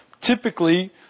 Typically